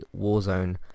Warzone